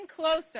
closer